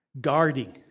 guarding